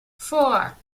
four